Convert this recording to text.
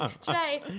today